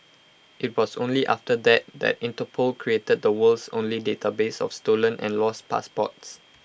IT was only after that that Interpol created the world's only database of stolen and lost passports